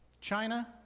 China